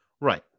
Right